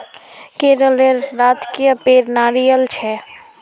केरलेर राजकीय पेड़ नारियल छे